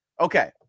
Okay